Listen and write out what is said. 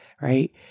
right